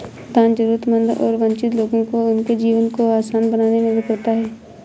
दान जरूरतमंद और वंचित लोगों को उनके जीवन को आसान बनाने में मदद करता हैं